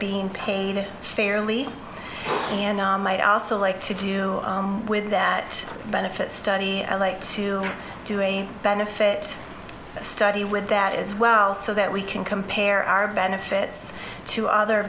being paid fairly and might also like to do with that benefit study and like to do a benefit study with that as well so that we can compare our benefits to other